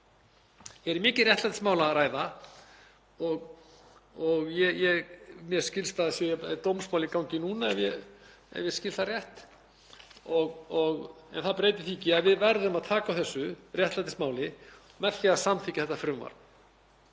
er um mikið réttlætismál að ræða. Mér skilst að það séu dómsmál í gangi núna, ef ég skil það rétt. En það breytir því ekki að við verðum að taka á þessu réttlætismáli með því að samþykkja þetta frumvarp.